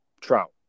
trout